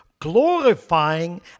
glorifying